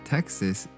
Texas